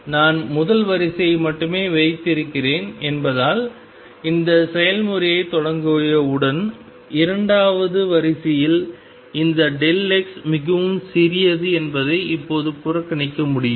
நான் முதல் வரிசையை மட்டுமே வைத்திருக்கிறேன் என்பதால் இந்த செயல்முறையைத் தொடங்கியவுடன் இரண்டாவது வரிசையில் இந்த x மிகவும் சிறியது என்பதை இப்போது புறக்கணிக்க முடியும்